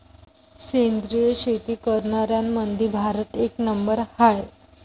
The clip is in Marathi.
सेंद्रिय शेती करनाऱ्याईमंधी भारत एक नंबरवर हाय